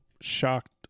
shocked